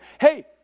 hey